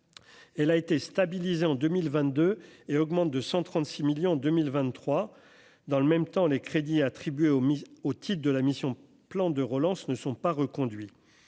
elle a été stabilisé en 2000 22 et augmente de 136 millions en 2023 dans le même temps, les crédits attribués au au titre de la mission, plan de relance ne sont pas reconduits,